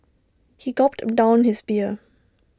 he gulped down his beer